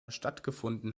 stattgefunden